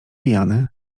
pijany